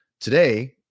today